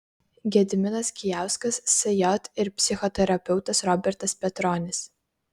gediminas kijauskas sj ir psichoterapeutas robertas petronis